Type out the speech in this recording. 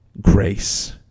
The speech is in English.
grace